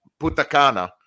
Putacana